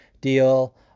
deal